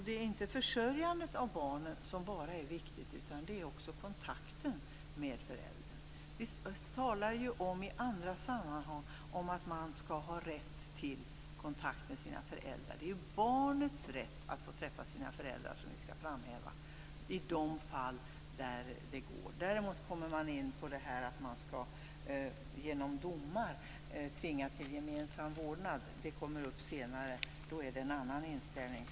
Det är inte bara försörjandet av barnet som är viktigt, utan det är också kontakten mellan barnet och föräldern. Vi talar ju i andra sammanhang om att man skall ha rätt till kontakt med sina föräldrar. Det är barnets rätt att få träffa sina föräldrar som skall framhävas i de fall där det går. När man däremot kommer in på att tvinga till gemensam vårdnad genom domar har i alla fall jag en annan inställning.